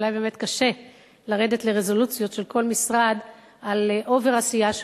ואולי באמת קשה לרדת לרזולוציות של כל משרד על אובר-עשייה שלו.